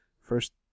First